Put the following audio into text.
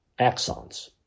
axons